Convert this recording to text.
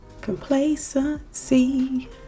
complacency